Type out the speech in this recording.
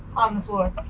on the floor.